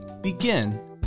begin